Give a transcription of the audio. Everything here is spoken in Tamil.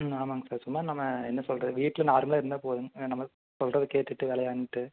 ம் ஆமாங்க சார் சும்மா நம்ம என்ன சொல்லுறது வீட்டில் நார்மலாக இருந்தால் போதுங்க நம்ம சொல்றதை கேட்டுகிட்டு விளையாண்ட்டு